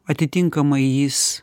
atitinkamai jis